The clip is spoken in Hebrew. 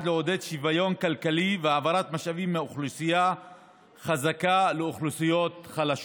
לעודד שוויון כלכלי והעברת משאבים מאוכלוסייה חזקה לאוכלוסיות חלשות.